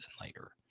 later